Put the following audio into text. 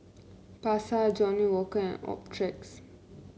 Pasar Johnnie Walker and Optrex